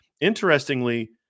Interestingly